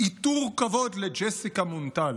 איתור כבוד לג'סיקה מונטל,